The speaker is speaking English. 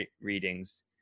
readings